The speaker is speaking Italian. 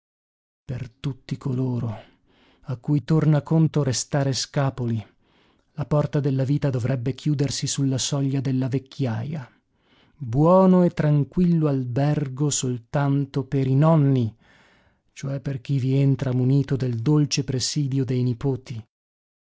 per tutti coloro a cui torna conto restare scapoli la porta della vita dovrebbe chiudersi su la soglia della vecchiaja buono e tranquillo albergo soltanto per i nonni cioè per chi vi entra munito del dolce presidio dei nipoti